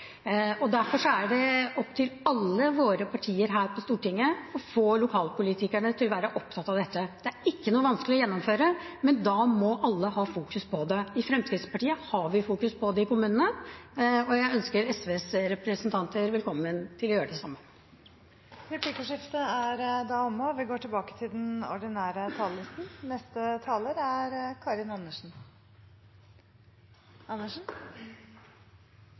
kommunestyret. Derfor er det opp til alle partier her på Stortinget å få lokalpolitikerne til å være opptatt av dette. Det er ikke noe vanskelig å gjennomføre, men da må alle fokusere på det. I Fremskrittspartiet fokuserer vi på det i kommunene, og jeg ønsker SVs representanter velkommen til å gjøre det samme. Replikkordskiftet er omme. Kommunene og fylkeskommunene holder på med noe av det viktigste for det fellesskapet og de lokalsamfunnene vi bor i. Derfor er